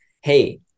Hey